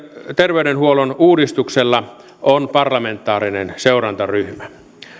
terveydenhuollon uudistuksella on parlamentaarinen seurantaryhmä